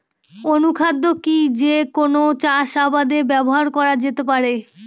অনুখাদ্য কি যে কোন চাষাবাদে ব্যবহার করা যেতে পারে?